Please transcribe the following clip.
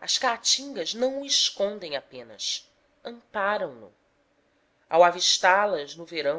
as caatingas não o escondem apenas amparam no ao avistá las no verão